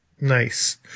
Nice